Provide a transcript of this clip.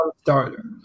starter